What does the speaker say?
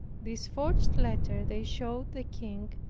this forged letter they showed the king,